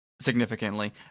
Significantly